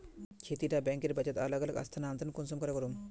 खेती डा बैंकेर बचत अलग अलग स्थानंतरण कुंसम करे करूम?